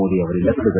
ಮೋದಿ ಅವರಿಂದ ಬಿಡುಗಡೆ